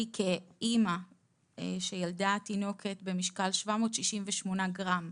כאימה שילדה תינוקת במשקל 768 גרם,